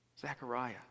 Zechariah